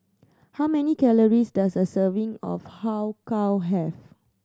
how many calories does a serving of Har Kow have